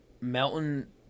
Melton